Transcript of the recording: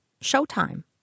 showtime